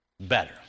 better